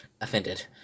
Offended